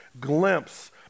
glimpse